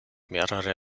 mehrere